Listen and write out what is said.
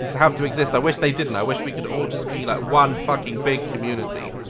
have to exist. i wish they didn't, i wish we could all just be, like, one fucking big community.